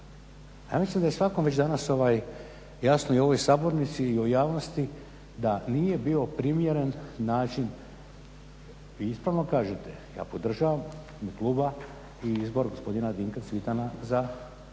Ja mislim da je svakom već danas ovaj jasno i u ovoj sabornici i u javnosti da nije bio primjeren način. Iskreno kažem, ja podržavam u ime kluba i izbor gospodina Dinka Cvitana za novog